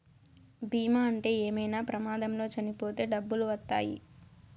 బీమా ఉంటే ఏమైనా ప్రమాదంలో చనిపోతే డబ్బులు వత్తాయి